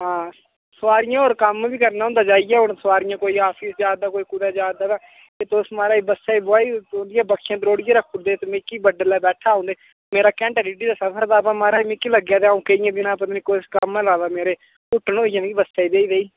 हां सवारियें होर कम्म बी करना होंदा जाइयै हून सवारियां कोई आफिस जा दा कोई कुदै जा दा ते तुस महाराज बस्सै च उंदियां बक्खियां त्रोड़ियै रक्खी ओड़दे इत्त मिकी बडलै बैठा आं'ऊ ते मेरा घैंटा डिड्ढी दा सफर था बा महाराज मिकी लग्गेआ आं'ऊ केइयें दिनें पता नी कुस कम्मै पर आ दा मेरे हुट्टन होई गेआ मिकी बस्सै च बेही बेही